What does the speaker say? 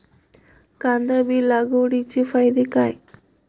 कांदा बी लागवडीचे फायदे काय?